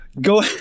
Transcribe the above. go